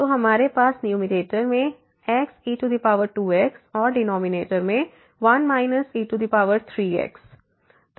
तो हमारे पास न्यूमैरेटर में xe2x और डिनॉमिनेटर में1 e3x